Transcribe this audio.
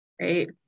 right